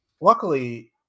Luckily